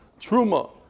Truma